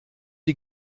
die